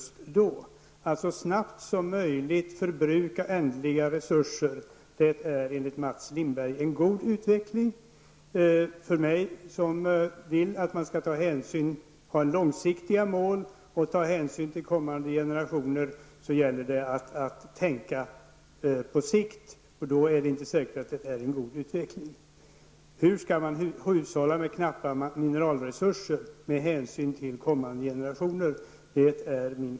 Att så snabbt som möjligt förbruka ändliga resurser är enligt Mats Lindberg en god utveckling. För mig som vill ha långsiktiga mål och som vill ta hänsyn till kommande generationer gäller swr att tänka på aikr. Då är det inte säkert att smabb förbrukning är en god utveckling. Hur skall vi hushålla med knappa mineralresurser med hänsyn till kommande generationer?